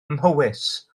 mhowys